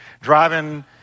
driving